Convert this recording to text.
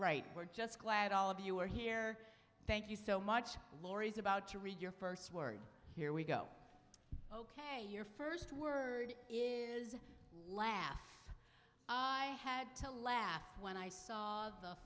right we're just glad all of you are here thank you so much laurie's about to read your first word here we go ok your first word is laugh i had to laugh when i saw the